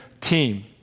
team